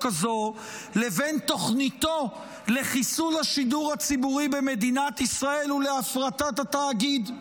הזו לבין תוכניתו לחיסול השידור הציבורי במדינת ישראל ולהפרטת התאגיד.